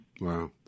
Wow